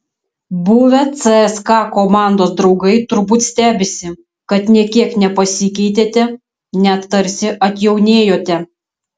buvę cska komandos draugai turbūt stebisi kad nė kiek nepasikeitėte net tarsi atjaunėjote